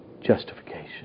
Justification